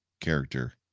character